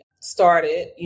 started